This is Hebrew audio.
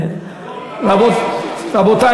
יעבור לקריאה שלישית.